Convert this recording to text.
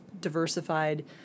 diversified